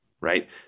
right